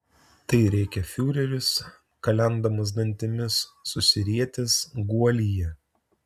tai rėkė fiureris kalendamas dantimis susirietęs guolyje